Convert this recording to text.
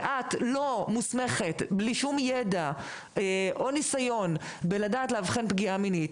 ואת לא מוסמכת בלי שום ידע או ניסיון באבחון פגיעה מינית,